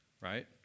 right